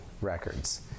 Records